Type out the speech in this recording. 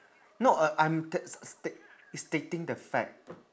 no uh I'm state state stating the fact